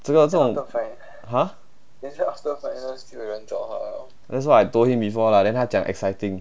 这个这种 !huh! that's what I told him before lah then 他讲 exciting